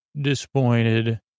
disappointed